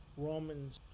Romans